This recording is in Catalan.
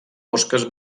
mosques